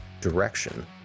direction